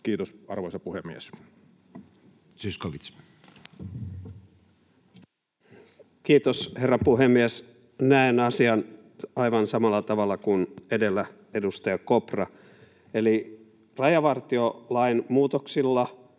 Time: 11:50 Content: Kiitos, herra puhemies! Näen asian aivan samalla tavalla kuin edellä edustaja Kopra. Eli rajavartiolain muutoksilla